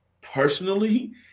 personally